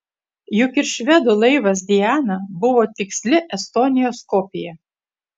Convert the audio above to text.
juk ir švedų laivas diana buvo tiksli estonijos kopija